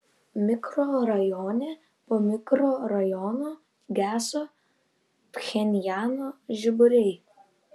mikrorajone po mikrorajono geso pchenjano žiburiai